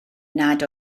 nad